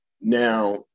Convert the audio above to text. Now